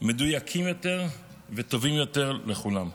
מדויקים יותר וטובים יותר לכולם.